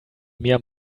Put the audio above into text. mir